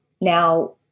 Now